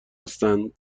هستن